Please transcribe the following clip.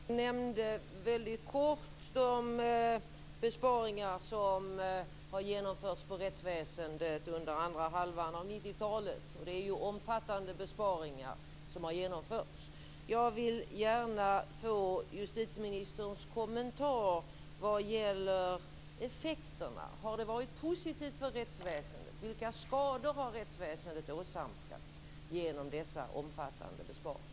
Fru talman! Justitieministern nämnde väldigt kort de besparingar som har genomförts på rättsväsendet under andra halvan av 90-talet. Det är omfattande besparingar som har genomförts. Jag vill gärna få justitieministerns kommentar vad gäller effekterna. Har det varit positivt för rättsväsendet? Vilka skador har rättsväsendet åsamkats genom dessa omfattande besparingar?